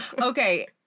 okay